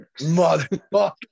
motherfucker